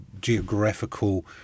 geographical